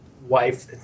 Wife